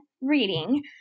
reading